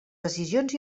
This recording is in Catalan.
decisions